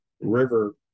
river